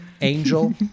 Angel